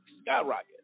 skyrocket